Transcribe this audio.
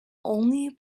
only